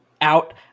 out